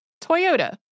Toyota